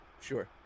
sure